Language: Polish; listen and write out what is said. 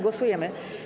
Głosujemy.